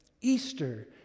Easter